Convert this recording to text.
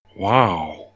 Wow